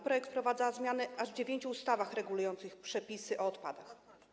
Projekt wprowadza zmiany aż w dziewięciu ustawach regulujących przepisy o odpadach.